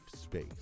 space